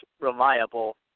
reliable